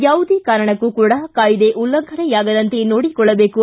ಯಾವುದೇ ಕಾರಣಕ್ಕೂ ಕೂಡಾ ಕಾಯ್ದೆ ಉಲ್ಲಂಘನೆಯಾಗದಂತೆ ನೋಡಿಕೊಳ್ಳಬೇಕು